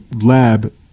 lab